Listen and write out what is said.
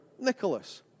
Nicholas